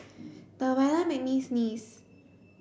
the weather made me sneeze